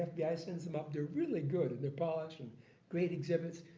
yeah sends them out. they're really good. they're polished and great exhibits.